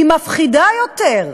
היא מפחידה יותר,